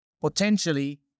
potentially